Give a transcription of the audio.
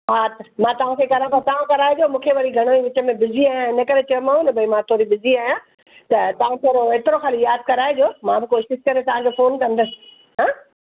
हा मां तव्हांखे घर खां तव्हां कराइजो मूंखे वरी घर जे विच में बिज़ी आहियां हिन करे चयोमांव न भई मां थोरी बिज़ी आहियां त तव्हां थोरो हेतिरो ख़ाली यादि कराइजो मां कोशिशि करे तव्हांखे फ़ोन कंदसि हा